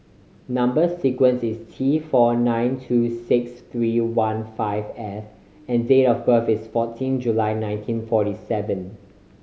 number sequence is T four nine two six three one five F and date of birth is fourteen July nineteen forty seven